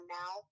now